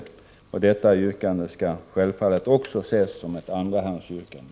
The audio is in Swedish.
Detta yrkande skall självfallet också ses som ett andrahandsyrkande.